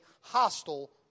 hostile